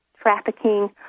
trafficking